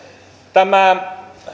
tämä